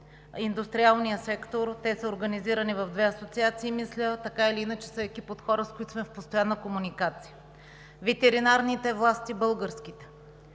индустриалният сектор, те са организирани в две асоциации и мисля така или иначе са екип от хора, с които сме в постоянна комуникация. Ветеринарните български